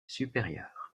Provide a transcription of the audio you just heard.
supérieur